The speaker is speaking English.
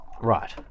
Right